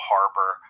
Harbor